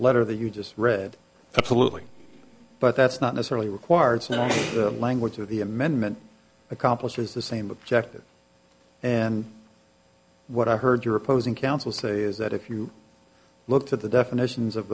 letter that you just read absolutely but that's not necessarily required and the language of the amendment accomplishes the same objective and what i heard your opposing counsel say is that if you looked at the definitions of